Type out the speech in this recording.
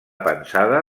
pensada